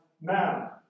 now